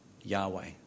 Yahweh